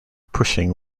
pushing